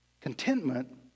Contentment